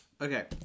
Okay